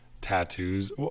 tattoos